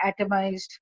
atomized